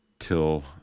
till